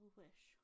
wish